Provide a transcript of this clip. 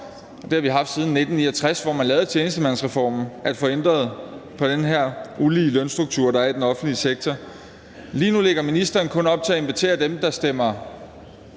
det har vi haft siden 1969, hvor man lavede tjenestemandsreformen – at få ændret på den her ulige lønstruktur, der er i den offentlige sektor. Lige nu lægger ministeren kun op til at invitere dem, der stemmer